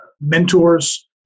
mentors